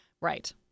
Right